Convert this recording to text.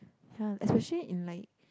ya especially in like